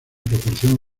proporción